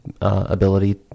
ability